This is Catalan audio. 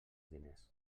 diners